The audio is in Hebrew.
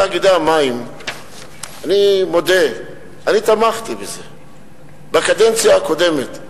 אני מודה, אני תמכתי בזה בקדנציה הקודמת.